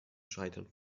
scheitern